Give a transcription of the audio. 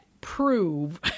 prove